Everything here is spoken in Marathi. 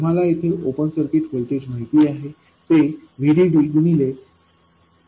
तुम्हाला येथे ओपन सर्किट व्होल्टेज माहित आहे ते VDD गुणिले R2भागिले R1प्लस R2असे आहे